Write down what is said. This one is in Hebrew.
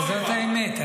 אבל זאת האמת.